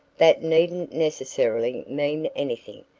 that needn't necessarily mean anything.